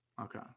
Okay